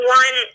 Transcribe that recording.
one